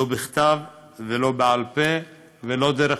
לא בכתב ולא בעל-פה ולא דרך